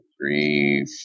three